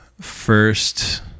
First